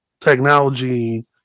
technology